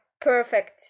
perfect